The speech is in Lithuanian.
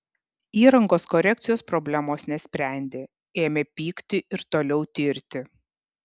įrangos korekcijos problemos nesprendė ėmė pykti ir toliau tirti